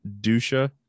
Dusha